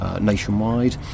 nationwide